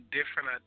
Different